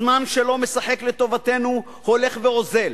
הזמן, שלא משחק לטובתנו, הולך ואוזל,